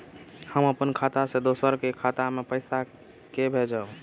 हम अपन खाता से दोसर के खाता मे पैसा के भेजब?